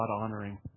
God-honoring